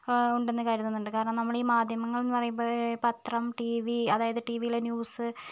ഉണ്ടെന്ന് കരുതുന്നുണ്ട് കാരണം നമ്മളിൽ മാധ്യമങ്ങൾ എന്ന് പറയുമ്പോൾ പത്രം ടി വി അതായത് ടി വിയിലെ ന്യൂസ്